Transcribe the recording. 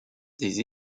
des